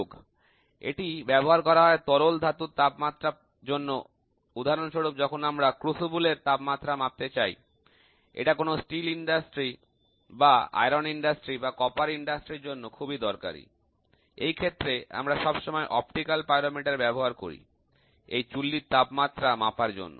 প্রয়োগ এটি ব্যবহার করা হয় তরল ধাতুর তাপমাত্রা মাপার জন্য উদাহরণস্বরূপ যখন আমরা গলনাধার এর তাপমাত্রা মাপতে চা এটা কোন স্টিল ইন্ডাস্ট্রি বা আয়রন ইন্ডাস্ট্রি বা কপার ইন্ডাস্ট্রির জন্য খুবই দরকারী এই ক্ষেত্রে আমরা সবসময় অপটিক্যাল পাইরোমিটার ব্যবহার করি এই চুল্লির তাপমাত্রা মাপার জন্য